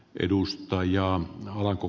arvoisa puhemies